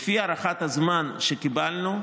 לפי הערכת הזמן שקיבלנו,